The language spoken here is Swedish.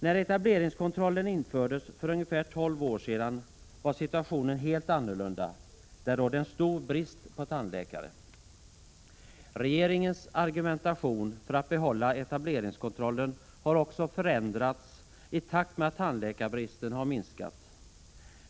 När etableringskontrollen infördes för ungefär 12 år sedan var situationen helt annorlunda. Det rådde en stor brist på tandläkare. Regeringens argumentation för att behålla etableringskontrollen har också förändrats i takt med att tandläkarbristen har minskat.